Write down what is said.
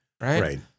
Right